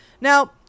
Now